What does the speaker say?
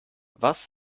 was